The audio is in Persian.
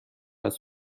است